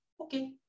okay